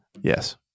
Yes